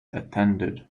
attended